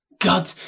God